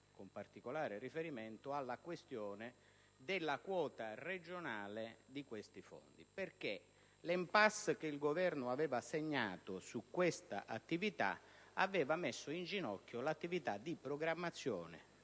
con particolare riferimento alla questione della quota regionale di questi fondi, perché *l'impasse* che il Governo aveva segnato al riguardo aveva messo in ginocchio l'attività di programmazione